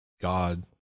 God